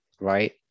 right